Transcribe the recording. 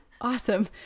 awesome